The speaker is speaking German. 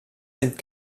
sind